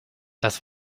das